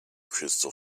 crystal